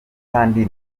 kandi